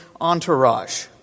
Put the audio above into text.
entourage